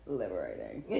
liberating